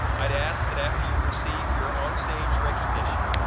i'd ask that after you receive your onstage recognition,